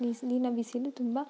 ಬಿಸಿಲು ತುಂಬ